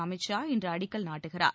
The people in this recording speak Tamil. அமித் ஷா இன்று அடிக்கல் நாட்டுகிறார்